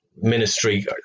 ministry